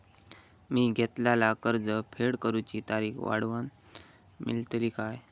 मी घेतलाला कर्ज फेड करूची तारिक वाढवन मेलतली काय?